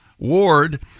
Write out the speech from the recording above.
ward